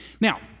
Now